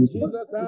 Jesus